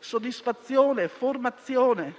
Soddisfazione, formazione,